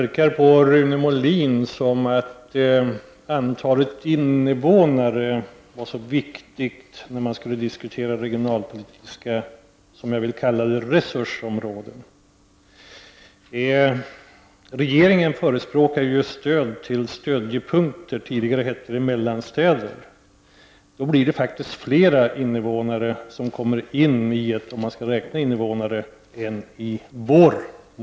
Herr talman! Det verkar på Rune Molin som om antalet invånare var viktigt när man diskuterar regionalpolitiska resursområden, som jag vill kalla dem. Regeringen förespråkar ju stöd till stödjepunkter. Tidigare hette det mellanstäder. Då omfattas fler invånare av regeringens modell än av vår.